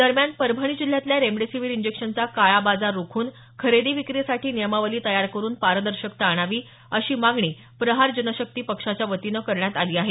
दरम्यान परभणी जिल्ह्यातला रेमडेसीवीर इंजेक्शनचा काळा बाजार रोखून खरेदी विक्रीसाठी नियमावली तयार करुन पारदर्शकता आणावी अशी मागणी प्रहार जनशक्ती पक्षाच्यावतीने करण्यात आली आहे